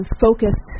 focused